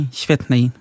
świetnej